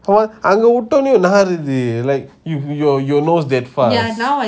what அங்க விட்டானே நாறுது:anga vitoney naaruthu like you you your your nose has fast